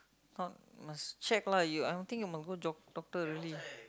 not must check lah you I think you might go jog doctor already